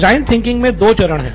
design thinking में दो चरण हैं